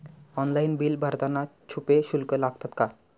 Online bill भरताना छुपे शुल्क लागतात का?